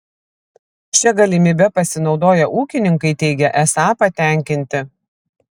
šia galimybe pasinaudoję ūkininkai teigia esą patenkinti